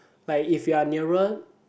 like if you are nearer